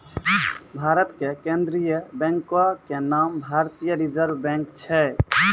भारत के केन्द्रीय बैंको के नाम भारतीय रिजर्व बैंक छै